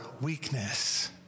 weakness